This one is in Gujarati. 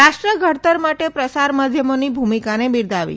રાષ્ટ્ર ધડતર માટે પ્રસાર માધ્યમોની ભૂમિકાને બિરદાવી